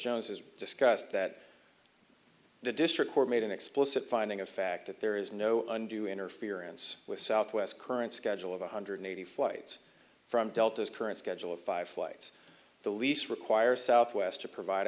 jones has discussed that the district court made an explicit finding of fact that there is no undue interference with southwest current schedule of one hundred eighty flights from delta's current schedule of five flights the least require southwest to provide